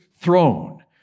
throne